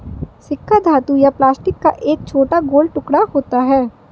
सिक्का धातु या प्लास्टिक का एक छोटा गोल टुकड़ा होता है